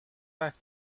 back